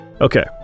Okay